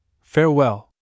Farewell